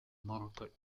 market